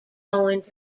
going